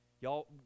Y'all